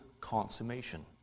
consummation